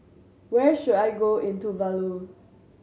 where should I go in Tuvalu